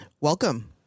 Welcome